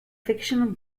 fictional